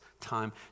time